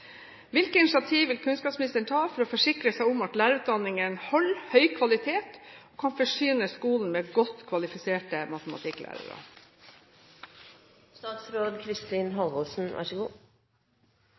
Hvilke initiativ vil statsråden ta for å forsikre seg om at lærerutdanningene holder høy kvalitet og kan forsyne skolen med godt kvalifiserte